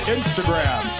Instagram